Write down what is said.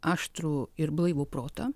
aštrų ir blaivų protą